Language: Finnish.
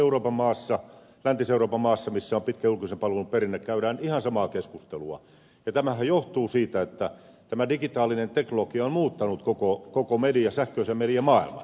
jokaisessa läntisen euroopan maassa missä on pitkä julkisen palvelun perinne käydään ihan samaa keskustelua ja tämähän johtuu siitä että tämä digitaalinen teknologia on muuttanut koko sähköisen mediamaailman